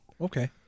okay